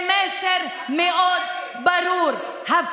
את סתם